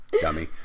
dummy